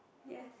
yes